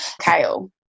kale